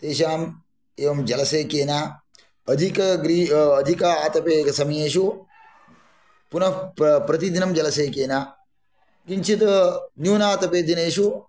तेषाम् एवं जलसेकेन अधिक अधिक आतपे समयेषु पुनः प्रतिदिनं जलसेकेन किञ्चित् न्यूनातप दिनेषु